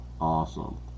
Awesome